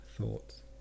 thoughts